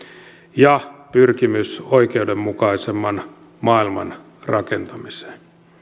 ja pyrkimys oikeudenmukaisemman maailman rakentamiseen